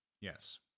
Yes